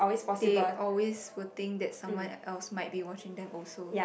they always will think that someone else might be watching them also